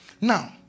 now